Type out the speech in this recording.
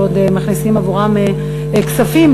שעוד מכניסים עבורם כספים,